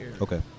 Okay